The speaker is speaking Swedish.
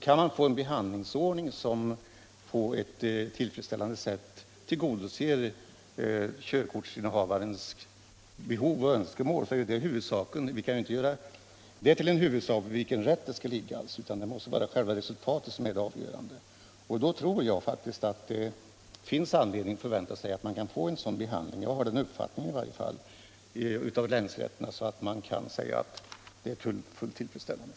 Kan man få en behandlingsordning som på ett tillfredsställande sätt tillgodoser körkortsinnehavarens behov och önskemål, så är ju det huvudsaken. Frågan vid vilken rätt ärende skall ligga kan vi inte göra till en huvudsak. Jag tror faktiskt att det finns anledning att förvänta sig att man kan få en sådan behandling i länsrätterna att man kan säga att den är fullt tillfredsställande.